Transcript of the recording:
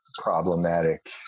problematic